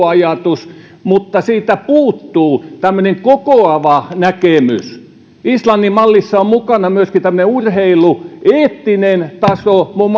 ajatus mutta siitä puuttuu tämmöinen kokoava näkemys islannin mallissa on mukana myöskin tämmöinen urheilueettinen taso muun